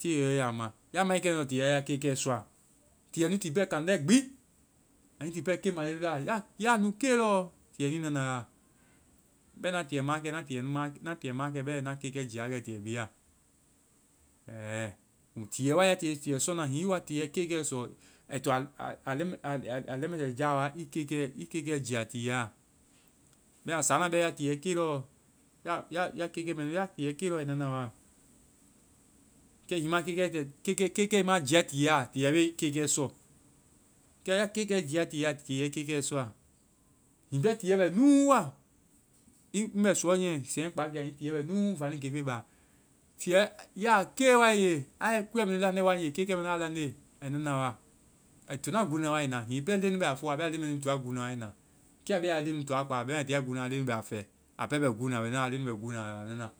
Téelɔ i ya ma. Ya mae kɛnu, tiiɛ be ya kekɛ sɔa. Tiiɛ nui ti pɛ kaŋ lɛi gbi, a nui ti pɛ keŋ mande la, ya nu kee lɔɔ, tiiɛ nui na na wa ŋ bɛɛ na tiiɛ maakɛ-na tiiɛ nu ma-na tiiɛ maakɛ bɛɛ. Na kekɛ jia wa kɛ tiiɛ bi ya. Ɛɛ. Ko mu tiiɛ wae, i ti tiiɛ sɔna, hiŋi i wa tiiɛ kekɛ sɔ ai toaɔ a leŋmɛsɛja wa i kekɛ-i kekɛ jia tiiɛa. Bɛma, sanaa bɛɛ ya tiiɛ kee lɔɔ, ya-ya kekɛ mɛ nu-yaa kee lɔɔ, ai na na wa kɛ hiŋi i ma kekɛɛ kɛ-kekɛ i ma jiae tiiɛa, tiiɛ be kekɛ sɔ. Kɛ ya kekɛ jiae tiiɛ a, tiiɛ kekɛ sɔa. Hiŋi pɛ tiiɛ bɛ nuu wa, i-ŋ bɛ suuɔ niiɛ, seŋ kpakia, tiiɛ bɛ nuu vaanii kefe ba. Tiiɛ! Ya kee wae ŋge, ai kuɛ mɛ nu lande wae-kekɛ mɛnu a lande, ai na na wa. Ai to na guu na wa ai na. Hiŋi pɛ leŋnu bɛ a boɔ, a bɛ a leŋ mɛ nunu to na guu na wa anui na. Kɛ, a be a leŋnu toa kpa bɛma ai tia gúu na, a leŋɛ nu bɛ a fɛ. A pɛ bɛ gúu na, a leŋɛ nu bɛ gúu na, a nu bɛ na na.